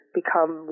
become